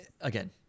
again